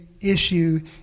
issue